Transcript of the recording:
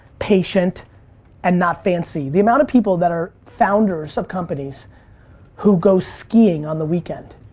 patient and not fancy. the amount of people that are founders of companies who go skiing on the weekend,